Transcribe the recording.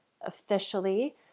officially